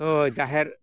ᱚᱸᱻ ᱡᱟᱦᱮᱨ